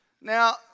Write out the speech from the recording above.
Now